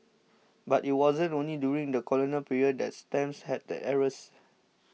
but it wasn't only during the colonial period that stamps had errors